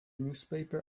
newspaper